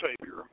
Savior